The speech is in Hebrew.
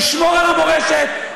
נשמור על המורשת,